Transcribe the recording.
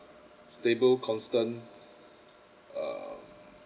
stable constant um